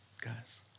guys